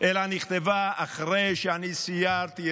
אלא נכתבה אחרי שאני סיירתי,